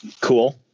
Cool